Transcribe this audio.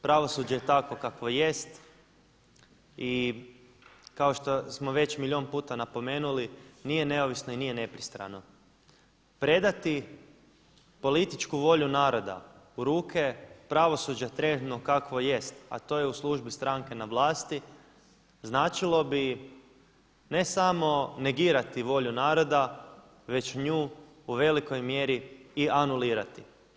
Pravosuđe je takvo kakvo jest i kao što smo već milijun puta napomenuli nije neovisno i nije nepristrano predati političku volju naroda u ruke pravosuđa trenutno kakvo jest, a to je u službi stranke na vlasti značilo bi ne samo negirati volju naroda već nju u velikoj mjeri i anulirati.